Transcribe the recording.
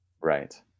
right